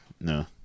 No